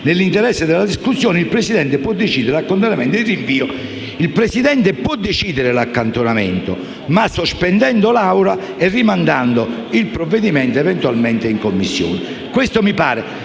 Nell'interesse della discussione, il Presidente può decidere l'accantonamento e il rinvio. Quindi, il Presidente può decidere l'accantonamento ma sospendendo la seduta e rimandando il provvedimento eventualmente in Commissione. Mi pare